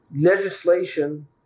legislation